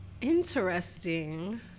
Interesting